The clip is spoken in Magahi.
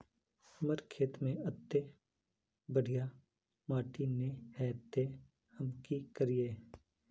हमर खेत में अत्ते बढ़िया माटी ने है ते हम की करिए?